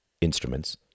instruments